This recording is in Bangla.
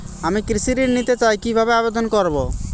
আমি কৃষি ঋণ নিতে চাই কি ভাবে আবেদন করব?